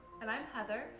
and i'm heather,